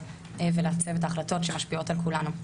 ולעצב את ההחלטות שמשפיעות על כולנו.